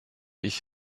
ich